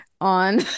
on